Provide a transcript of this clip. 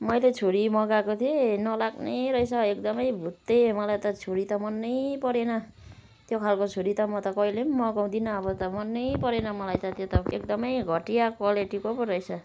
मैले छुरी मगाएको थिएँ नलाग्ने रहेछ एकदमै भुत्ते मलाई त छुरी त मनै परेन त्यो खालको छुरी त म त कहिले पनि मगाउँदिनँ अब त मनै परेन मलाई त त्यो त एकदमै घटिया क्वालिटीको पो रहेछ